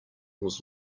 was